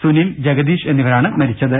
സുനിൽ ജഗദീഷ് എന്നിവരാണ് മരിച്ചത്